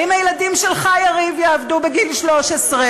האם הילדים שלך, יריב, יעבדו בגיל 13?